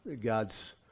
God's